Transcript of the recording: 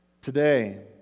Today